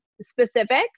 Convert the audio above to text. specific